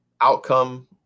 outcome